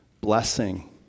blessing